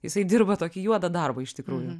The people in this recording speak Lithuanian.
jisai dirba tokį juodą darbą iš tikrųjų